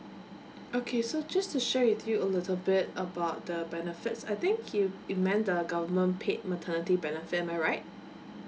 okay so just to share with you a little bit about the benefits I think you you meant the government paid maternity benefit am I right